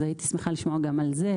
אז הייתי שמחה לשמוע גם על זה,